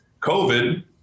COVID